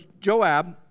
Joab